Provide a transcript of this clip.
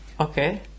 Okay